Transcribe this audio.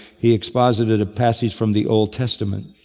he exposited a passage from the old testament.